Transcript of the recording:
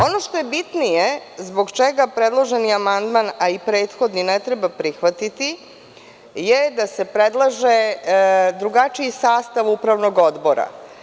Ono što je bitnije zbog čega predloženi amandman, a i prethodni ne treba prihvatiti je da se predlaže drugačiji sastav upravnog odbora.